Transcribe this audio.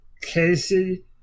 Casey